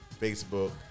Facebook